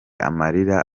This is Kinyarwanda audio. amarira